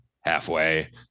halfway